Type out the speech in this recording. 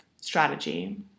Strategy